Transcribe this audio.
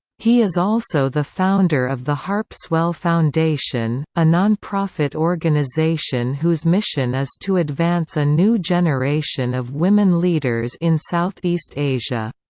he is also the founder of the harpswell foundation, a nonprofit organization whose mission is to advance a new generation of women leaders in southeast asia.